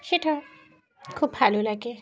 সেটা খুব ভালো লাগে